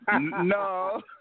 No